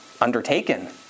undertaken